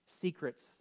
secrets